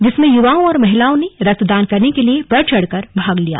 जिसमें युवाओं और महिलाओं ने रक्तदान करने के लिए बढ चढ कर भाग लिया